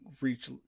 reach